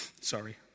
Sorry